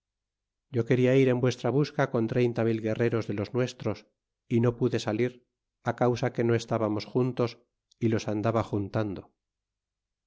yo quena ir en vuestra busca con treinta mil guerreros de los nuestros y no pude salir causa que no estbanaos juntos y los andaba juntando